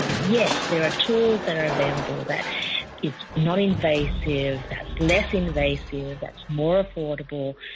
yes, there are tools that are available that is non-invasive, that's less invasive, that's more affordable,